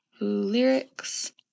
lyrics